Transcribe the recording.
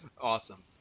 Awesome